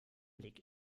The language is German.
blick